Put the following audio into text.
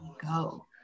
go